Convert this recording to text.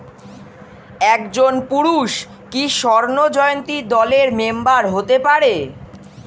একজন পুরুষ কি স্বর্ণ জয়ন্তী দলের মেম্বার হতে পারে?